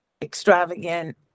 extravagant